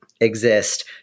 exist